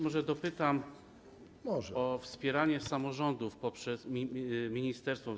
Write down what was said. Może dopytam o wspieranie samorządów przez ministerstwo.